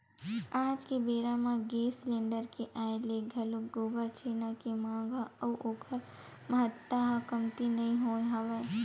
आज के बेरा म गेंस सिलेंडर के आय ले घलोक गोबर छेना के मांग ह अउ ओखर महत्ता ह कमती नइ होय हवय